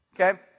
Okay